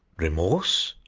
remorse?